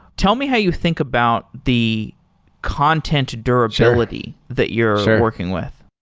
tell me how you think about the content durability that you're working with